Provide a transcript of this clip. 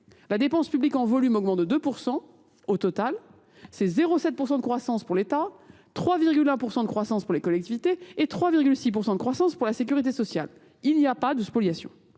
La dépense publique en volume augmente 2%, au total. C'est 0,7% de croissance pour l'Etat, 3,1% de croissance pour les collectivités et 3,6% de croissance pour la Sécurité sociale. Il n'y a pas de spoliation.